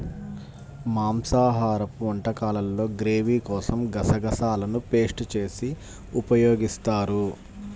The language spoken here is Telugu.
మాంసాహరపు వంటకాల్లో గ్రేవీ కోసం గసగసాలను పేస్ట్ చేసి ఉపయోగిస్తారు